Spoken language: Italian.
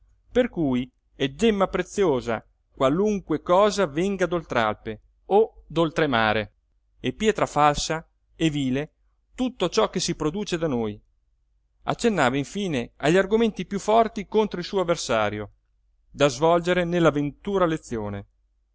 per cui è gemma preziosa qualunque cosa venga d'oltralpe o d'oltremare e pietra falsa e vile tutto ciò che si produce da noi accennava infine agli argomenti piú forti contro il suo avversario da svolgere nella ventura lezione